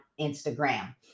Instagram